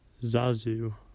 Zazu